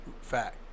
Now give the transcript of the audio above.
Fact